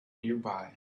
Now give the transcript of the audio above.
nearby